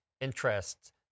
interests